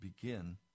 begin